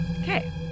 Okay